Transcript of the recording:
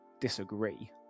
disagree